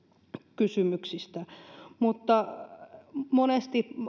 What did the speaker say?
kysymyksistä monesti